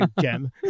gem